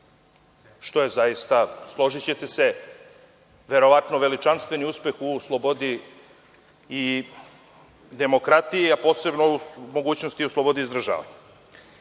što je zaista, složićete se, verovatno veličanstveni uspeh u slobodi i demokratiji, a posebno u mogućnosti slobode izražavanja. Svi